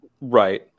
Right